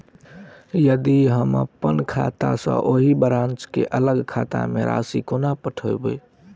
यदि हम अप्पन खाता सँ ओही ब्रांच केँ अलग खाता पर राशि कोना पठेबै?